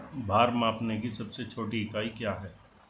भार मापने की सबसे छोटी इकाई क्या है?